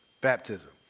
Baptism